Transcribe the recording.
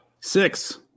Six